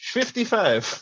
Fifty-five